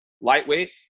lightweight